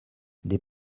des